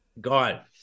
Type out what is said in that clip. God